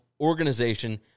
organization